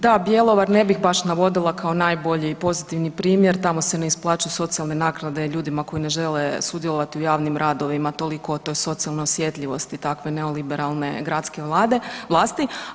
Da Bjelovar ne bih baš navodila kao najbolji pozitivni primjer, tamo se ne isplaćuju socijalne naknade ljudima koji ne žele sudjelovati u javnim radovima, toliko o toj socijalnoj osjetljivosti takve neoliberalne gradske vlade, vlasti.